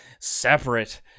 separate